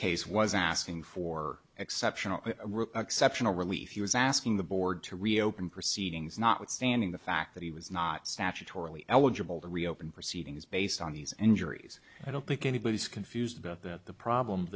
case was asking for exceptional exceptional relief he was asking the board to reopen proceedings notwithstanding the fact that he was not statutorily eligible to reopen proceedings based on these and yuri's i don't think anybody's confused about the problem